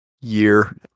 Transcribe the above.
year